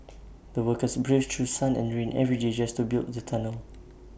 the workers braved through sun and rain every day just to build the tunnel